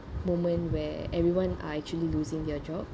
moment where everyone are actually losing their job